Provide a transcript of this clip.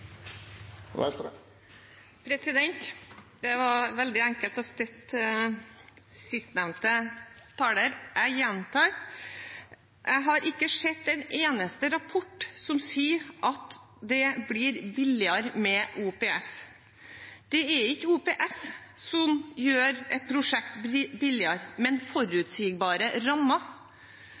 ikke! Det var veldig enkelt å støtte sistnevnte taler. Jeg gjentar: Jeg har ikke sett en eneste rapport som sier at det blir billigere med OPS. Det er ikke OPS som gjør et prosjekt billigere, men forutsigbare